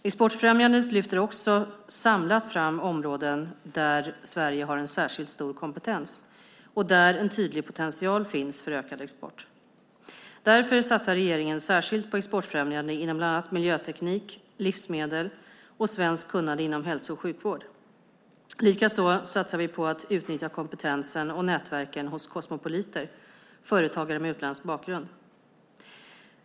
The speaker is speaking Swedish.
Exportfrämjandet lyfter också samlat fram områden där Sverige har en särskilt stor kompetens och där en tydlig potential finns för ökad export. Därför satsar regeringen särskilt på exportfrämjande inom bland annat miljöteknik, livsmedel och svenskt kunnande inom hälso och sjukvård. Likaså satsar vi på att utnyttja kompetensen och nätverken hos "kosmopoliter", företagare med utländsk bakgrund.